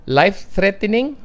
life-threatening